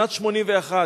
בשנת 1981,